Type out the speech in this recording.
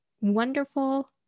wonderful